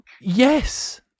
yes